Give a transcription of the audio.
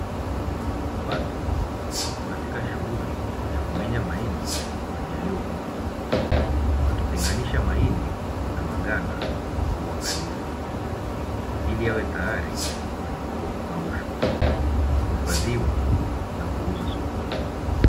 Watu wapo katika shughuli ya kumenya mahindi yaliyovunwa, wakitenganisha mahindi na maganda kwa uangalifu ili yawe tayari kwa kukaushwa, kuhifadhiwa na kuuzwa sokoni.